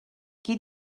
qui